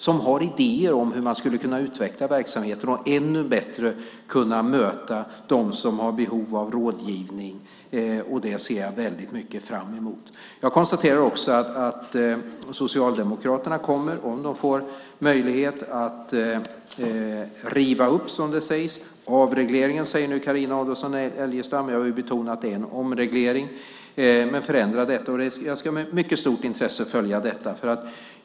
De har idéer om hur man skulle kunna utveckla verksamheten och ännu bättre kunna möta dem som har behov av rådgivning. Det ser jag väldigt mycket fram emot. Jag konstaterar också att Socialdemokraterna, om de får möjlighet, kommer att riva upp avregleringen, som Carina Adolfsson Elgestam nu säger. Jag vill betona att det är en omreglering. Jag ska med mycket stort intresse följa detta.